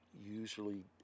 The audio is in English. usually